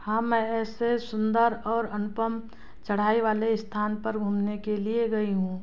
हाँ मैं ऐसे सुन्दर और अनुपम चढ़ाई वाले स्थान पर घूमने के लिए गई हूँ